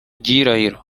gihirahiro